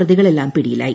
പ്രതികളെല്ലാം പിടിയിലായി